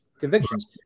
convictions